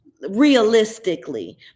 realistically